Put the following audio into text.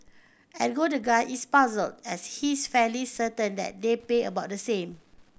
ergo the guy is puzzled as he's fairly certain that they pay about the same